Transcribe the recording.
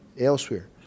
elsewhere